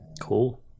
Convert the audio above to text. Cool